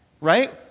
Right